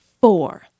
four